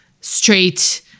straight